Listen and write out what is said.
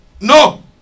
No